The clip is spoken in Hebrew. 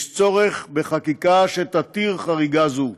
יש צורך בחקיקה שתתיר חריגה זו.